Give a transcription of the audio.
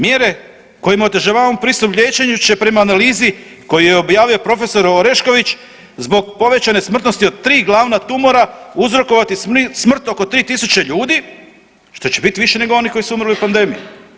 U isto vrijeme mjere kojima otežavamo pristup liječenju će prema analizi koju je objavio prof. Orešković zbog povećane smrtnosti od 3 glavna tumora uzrokovati smrt oko 3000 ljudi što će biti više nego onih koji su umrli od pandemije.